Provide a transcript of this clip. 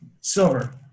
silver